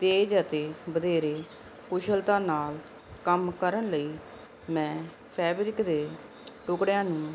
ਤੇਜ਼ ਅਤੇ ਵਧੇਰੇ ਕੁਸ਼ਲਤਾ ਨਾਲ ਕੰਮ ਕਰਨ ਲਈ ਮੈਂ ਫੈਬਰਿਕ ਦੇ ਟੁਕੜਿਆਂ ਨੂੰ